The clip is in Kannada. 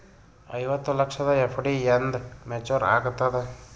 ಐವತ್ತು ಲಕ್ಷದ ಎಫ್.ಡಿ ಎಂದ ಮೇಚುರ್ ಆಗತದ?